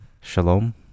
Shalom